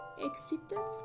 excited